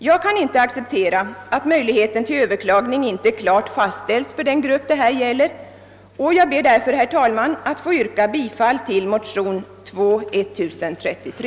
Jag kan inte acceptera att möjligheten till överklagning inte klart fastställts för den grupp det här gäller och jag ber därför, herr talman, att få yrka bifall till motionen II: 1033.